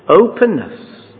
openness